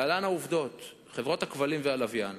להלן העובדות: חברות הכבלים והלוויין,